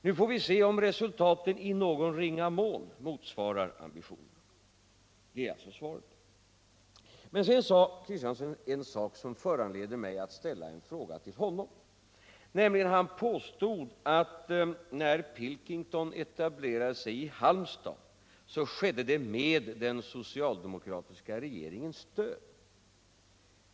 Nu får vi se om resultatet i någon ringa mån motsvarar ambitionen. Det är alltså svaret. Men sedan sade herr Kristiansson en sak som föranleder mig att ställa en fråga till honom. Han påstod att när Pilkington etablerade sig i Halmstad så skedde det med den socialdemokratiska regeringens stöd.